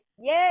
yay